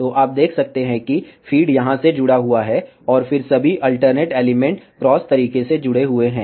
तो आप देख सकते हैं कि फ़ीड यहाँ से जुड़ा हुआ है और फिर सभी अल्टरनेट एलिमेंट्स क्रॉस तरीके से जुड़े हुए हैं